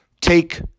take